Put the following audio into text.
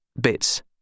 Bits